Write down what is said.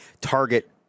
target